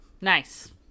Nice